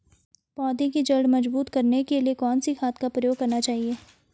पौधें की जड़ मजबूत करने के लिए कौन सी खाद का प्रयोग करना चाहिए?